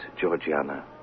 Georgiana